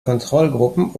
kontrollgruppen